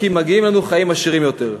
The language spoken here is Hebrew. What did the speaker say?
כי מגיעים לנו חיים עשירים יותר.